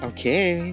Okay